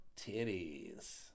titties